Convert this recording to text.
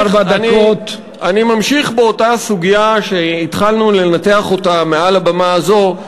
אני ממשיך באותה סוגיה שהתחלנו לנתח אותה מעל הבמה הזאת,